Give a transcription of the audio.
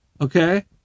Okay